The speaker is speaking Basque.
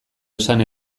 esan